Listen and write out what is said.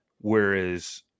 whereas